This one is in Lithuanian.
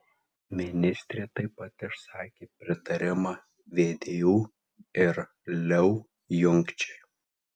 ministrė taip pat išsakė pritarimą vdu ir leu jungčiai